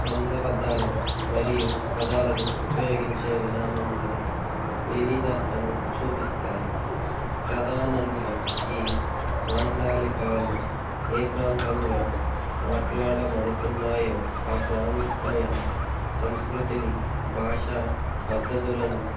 పదబంధాలు మరియు పదాలను ఉపయోగించే విధానంలో వివిధతను చూపిస్తాయి ప్రధానంగా ఈ మాండలికాలు ఏ ప్రాంతంలో మాట్లాడబడుతున్నాయో ఆ ప్రాంతీయ సంస్కృతిని భాష పద్ధతులను